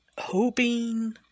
hoping